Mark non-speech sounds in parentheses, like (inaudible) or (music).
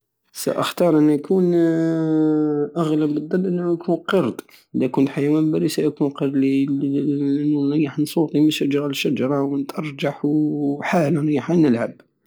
ساختار ان اكون (hesitation) اغلب الضن ان اكون قرد ادا كنت حيوان بري ساكون قرد لل- (hesitation) نريح نسوطي من شجرة لشجرة نتأرجح وحالة نريح غير نلعب